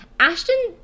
Ashton